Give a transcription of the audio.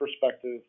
perspective